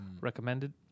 recommended